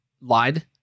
lied